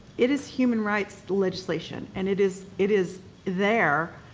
it is human rights legislation, and it is it is there,